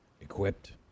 equipped